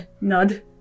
Nod